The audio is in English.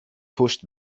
pushed